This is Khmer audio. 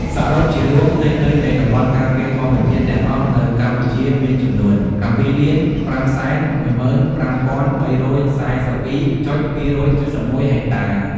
សរុបជារួម ផ្ទៃដីនៃតំបន់ការពារធម្មជាតិទាំងអស់នៅកម្ពុជាមានចំនួន ៧,៥១៥,៣៤២.២៧១ ហិកតា។